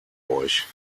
euch